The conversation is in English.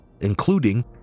including